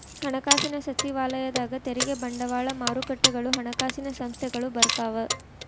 ಹಣಕಾಸಿನ ಸಚಿವಾಲಯದಾಗ ತೆರಿಗೆ ಬಂಡವಾಳ ಮಾರುಕಟ್ಟೆಗಳು ಹಣಕಾಸಿನ ಸಂಸ್ಥೆಗಳು ಬರ್ತಾವ